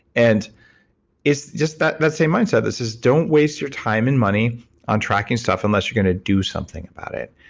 and it's just that that same mindset that says don't waste your time and money on tracking stuff unless you're going to do something about it.